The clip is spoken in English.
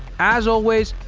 as always,